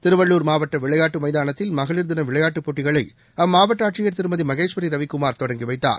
திருவள்ளூர் மாவட்ட விளையாட்டு மைதானத்தில் மகளிர் தின விளையாட்டுப் போட்டிகளை அம்மாவட்ட ஆட்சியர் திருமதி மகேஸ்வரி ரவிக்குமார் தொடங்கி வைத்தார்